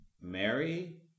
Mary